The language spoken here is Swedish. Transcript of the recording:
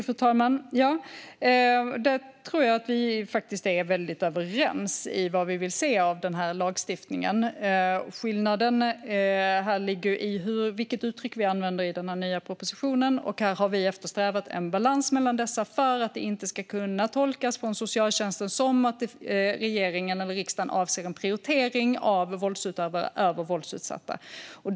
Fru talman! Vi är överens om vad vi vill se av lagstiftningen. Skillnaden här ligger i vilket uttryck vi använder i den nya propositionen. Vi har eftersträvat en balans för att socialtjänsten inte ska tolka det som att regeringen eller riksdagen avser en prioritering av våldsutövare över våldsutsatta.